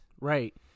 Right